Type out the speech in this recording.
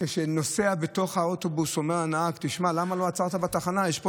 שהוא לא עצר בתחנה שבה היה צריך לרדת,